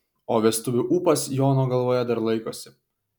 o vestuvių ūpas jono galvoje dar laikosi